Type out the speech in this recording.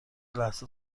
لحظه